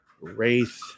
Wraith